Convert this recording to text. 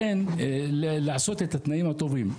לעשות את התנאים הטובים.